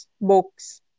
books